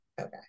okay